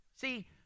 see